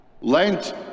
Lent